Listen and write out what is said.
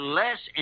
less